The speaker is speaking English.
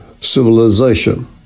civilization